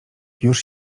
już